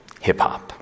hip-hop